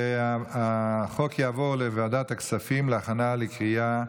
וההצעה תעבור לוועדת הכספים להכנה לקריאה ראשונה.